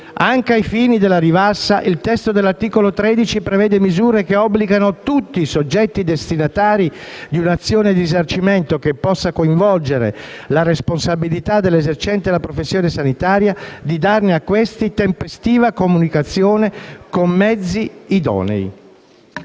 Anche ai fini della rivalsa, il testo prevede, all'articolo 13, misure che obbligano tutti i soggetti destinatari di una azione di risarcimento, che possa coinvolgere la responsabilità dell'esercente la professione sanitaria, di darne a questi tempestiva comunicazione con mezzi idonei.